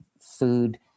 food